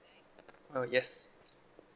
uh yes